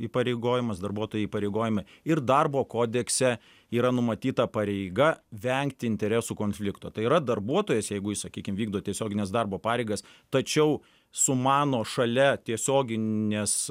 įpareigojamas darbuotojai įpareigojami ir darbo kodekse yra numatyta pareiga vengti interesų konflikto tai yra darbuotojas jeigu jis sakykim vykdo tiesiogines darbo pareigas tačiau sumano šalia tiesioginės